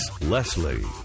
Leslie